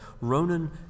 Ronan